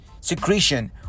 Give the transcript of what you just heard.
secretion